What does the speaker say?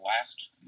last